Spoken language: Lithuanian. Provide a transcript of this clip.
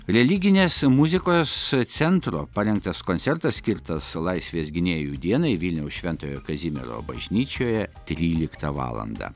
religinės muzikos centro parengtas koncertas skirtas laisvės gynėjų dienai vilniaus šventojo kazimiero bažnyčioje tryliktą valandą